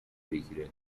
بگیره